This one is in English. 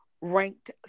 ranked